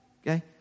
Okay